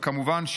וכמובן,